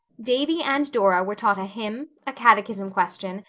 davy and dora were taught a hymn, a catechism question,